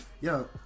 Yo